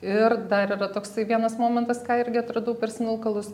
ir dar yra toksai vienas momentas ką irgi atradau per smilkalus